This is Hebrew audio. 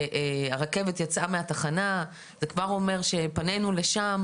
שהרכבת יצאה מהתחנה זה כבר אומר שפנינו לשם.